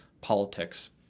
politics